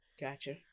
Gotcha